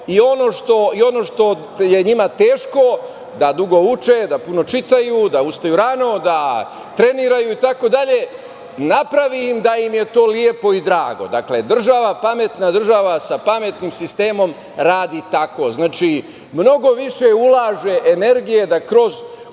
i ono što je njima teško, da dugo uče, da puno čitaju, da ostaju rano, da treniraju itd, napravi da im je to lepo i drago. Dakle, pametna država sa pametnim sistemom radi tako. Znači, mnogo više ulaže energije da kroz